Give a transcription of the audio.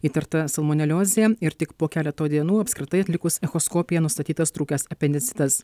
įtarta salmoneliozė ir tik po keleto dienų apskritai atlikus echoskopiją nustatytas trūkęs apendicitas